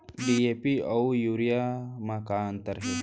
DAP अऊ urea म का अंतर हे?